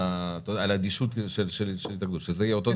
שזה יהיה אותו הדבר.